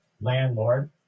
landlord